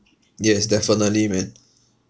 yes definitely man